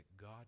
God